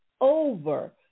over